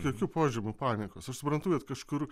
jokių požymių panikos aš suprantu kad kažkur